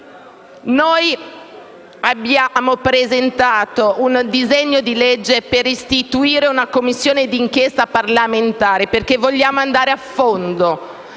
Noi abbiamo presentato un disegno di legge per istituire una Commissione d'inchiesta parlamentare, perché vogliamo andare a fondo.